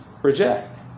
reject